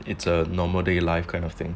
it's a normal daily life kind of thing